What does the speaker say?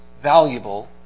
valuable